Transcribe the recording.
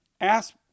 ask